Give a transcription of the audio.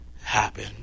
happen